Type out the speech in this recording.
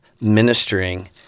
ministering